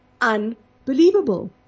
Unbelievable